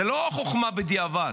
זו לא חוכמה בדיעבד.